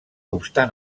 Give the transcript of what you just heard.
obstant